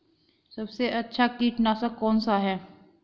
सबसे अच्छा कीटनाशक कौनसा है?